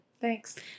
thanks